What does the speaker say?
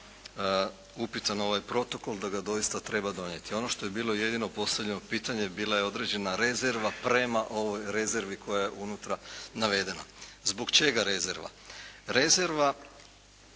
upitan ovaj protokol, da ga doista treba donijeti. Ono što je bilo jedino postavljeno pitanje bila je određena rezerva prema ovoj rezervi koja je unutra navedena. Zbog čega rezerva?